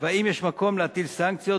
ואם יש מקום להטיל סנקציות.